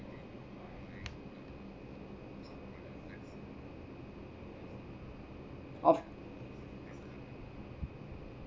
of